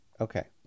okay